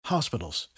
Hospitals